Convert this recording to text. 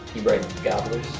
you bread gobblers?